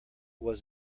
was